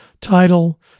title